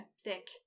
thick